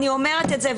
אני אומרת את זה,